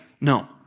No